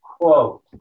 quote